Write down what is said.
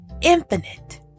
infinite